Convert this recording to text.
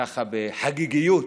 ככה, בחגיגיות,